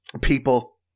People